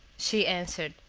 she answered,